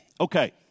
okay